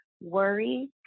worry